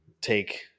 take